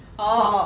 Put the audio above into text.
orh